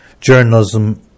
journalism